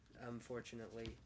Unfortunately